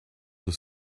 with